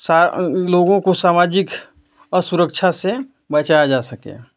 सा लोगो को सामाजिक असुरक्षा से बचाया जा सके